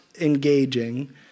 engaging